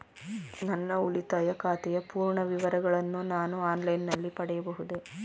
ನನ್ನ ಉಳಿತಾಯ ಖಾತೆಯ ಪೂರ್ಣ ವಿವರಗಳನ್ನು ನಾನು ಆನ್ಲೈನ್ ನಲ್ಲಿ ಪಡೆಯಬಹುದೇ?